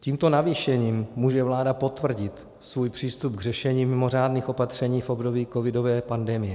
Tímto navýšením může vláda potvrdit svůj přístup k řešení mimořádných opatření v období covidové pandemie.